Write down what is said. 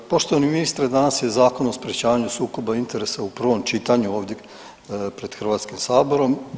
Poštovani ministre danas je Zakon o sprječavanju sukoba interesa u prvom čitanju ovdje pred Hrvatskim saborom.